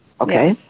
Okay